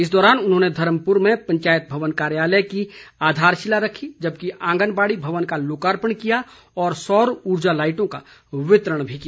इस दौरान उन्होंने धर्मपुर में पंचायत भवन कार्यालय की आधारशिला रखी जबकि आंगनबाड़ी भवन का लोकार्पण किया और सौर ऊर्जा लाईटों का वितरण भी किया